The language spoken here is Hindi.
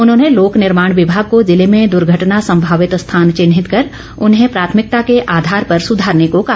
उन्होंने लोके निर्माण विभाग को जिले में दुर्घटना संभावित स्थान चिन्हित कर उन्हें प्राथमिकता के आधार पर सुधारने को कहा